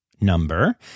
number